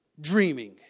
dreaming